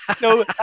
No